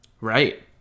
Right